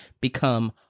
become